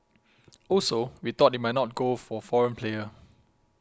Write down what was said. also we thought it might not go for foreign player